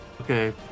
Okay